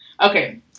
Okay